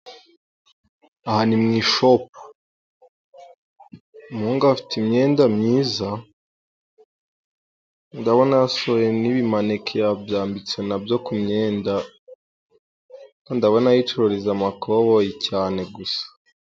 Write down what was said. Aha ni mu ishopu, umuhungu afite imyenda myiza. Ndabona yasoye n'ibimaneke yabyambitse na byo ku myenda. Ndabona yicururiza amakoboyi cyane gusa.